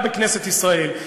רק בכנסת ישראל,